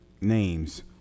names